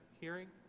hearing